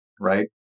right